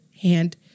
hand